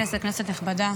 סגן יו"ר הכנסת, כנסת נכבדה,